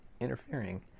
interfering